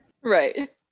Right